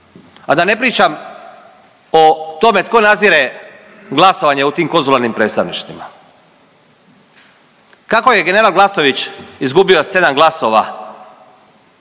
A da ne pričam o tome tko nadzire glasovanje u tim konzularnim predstavništvima. Kako je general Glasnović izgubio 7 glasova